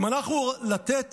אם אנחנו רוצים לתת